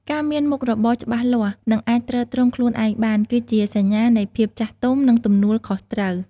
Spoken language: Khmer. ការមានមុខរបរច្បាស់លាស់ និងអាចទ្រទ្រង់ខ្លួនឯងបាន គឺជាសញ្ញានៃភាពចាស់ទុំ និងទំនួលខុសត្រូវ។